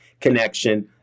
connection